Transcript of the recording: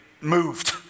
moved